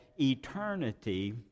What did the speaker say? Eternity